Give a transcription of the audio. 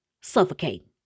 suffocating